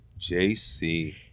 JC